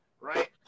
right